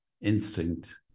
instinct